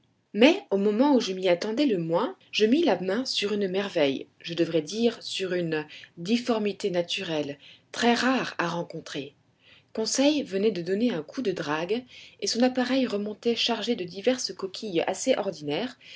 mais au moment où je m'y attendais le moins je mis la main sur une merveille je devrais dire sur une difformité naturelle très rare à rencontrer conseil venait de donner un coup de drague et son appareil remontait chargé de diverses coquilles assez ordinaires